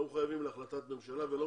אנחנו לא מחויבים להחלטת ממשלה וגם לא